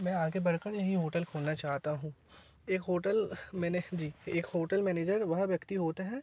मैं आगे बढ़कर यहीं होटल खोलना चाहता हूँ एक होटल मैंने जीह एक होटल मैनेजर वह व्यक्ति होते हैं